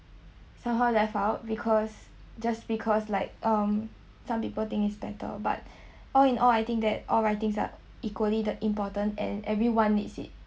somehow left out because just because like um some people think it's better but all in all I think that all writings are equally the important and everyone needs it